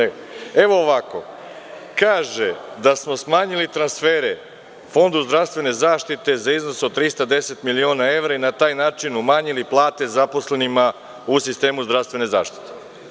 Evo ovako – kaže da smo smanjili transfere Fondu zdravstvene zaštite za iznos od 310.000.000 evra i na taj način umanjili plate zaposlenima u sistemu zdravstvene zaštite.